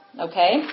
Okay